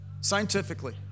scientifically